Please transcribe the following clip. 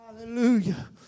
Hallelujah